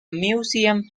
museum